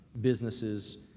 businesses